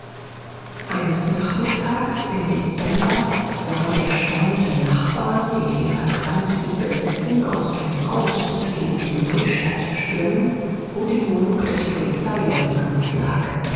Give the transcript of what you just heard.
eines nachmittags im dezember sahen erstaunte nachbarn den lehrer quandt wie besessen aus seinem haus und gegen die neustadt stürmen wo die wohnung des polizeileutnants lag